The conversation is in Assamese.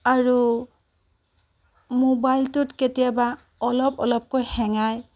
আৰু ম'বাইলটোত কেতিয়াবা অলপ অলপকৈ হেঙায়